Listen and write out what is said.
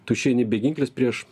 tu išeini beginklis prieš